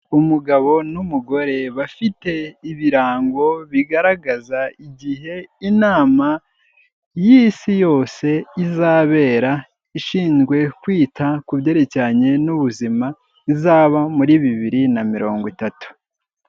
Umugabo n'umugore bafite ibirango bigaragaza igihe inama y'Isi yose izabera, ishinzwe kwita ku byerekeranye n'ubuzima, izaba muri bibiri na mirongo itatu.